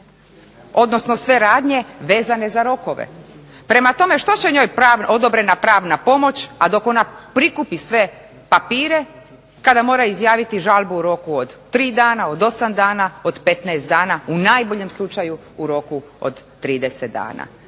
odnosno sve radnje vezane za rokove. Prema tome, što će njoj odobrena pravna pomoć, a dok ona prikupi sve papire kada mora izjaviti žalbu u roku od 3 dana, od 8 dana, od 15 dana u najboljem slučaju u roku od 30 dana.